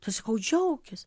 tai sakau džiaukis